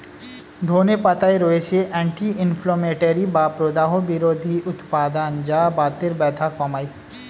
ধনে পাতায় রয়েছে অ্যান্টি ইনফ্লেমেটরি বা প্রদাহ বিরোধী উপাদান যা বাতের ব্যথা কমায়